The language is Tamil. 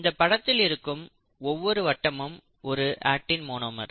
இந்த படத்தில இருக்கும் ஒவ்வொரு வட்டமும் ஒரு அக்டின் மோனோமர்